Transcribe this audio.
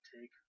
Take